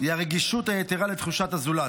הרגישות היתרה לתחושות הזולת.